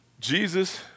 Jesus